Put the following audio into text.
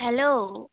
hello